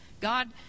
God